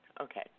Okay